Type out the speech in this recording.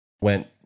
went